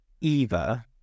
Eva